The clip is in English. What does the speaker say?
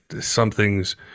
something's